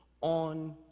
on